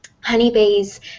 honeybees